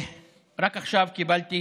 מכובדי היושב-ראש, רק עכשיו קיבלתי